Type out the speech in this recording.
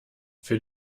für